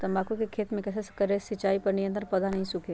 तम्बाकू के खेत मे कैसे सिंचाई करें जिस से पौधा नहीं सूखे?